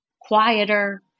Quieter